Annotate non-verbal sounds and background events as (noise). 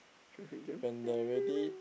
traffic jam (noise)